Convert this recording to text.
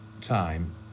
time